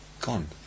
gone